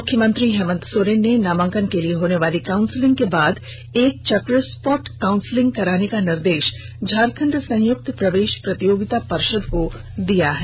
मुख्यमंत्री हेमंत सोरेन ने नामांकन के लिए होनेवाली काउंसिलिंग के उपरांत एक चक स्पॉट काउंसिलिंग कराने का निर्देष झारखंड संयुक्त प्रवेष प्रतियोगिता पर्षद को दिया है